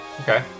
Okay